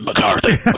McCarthy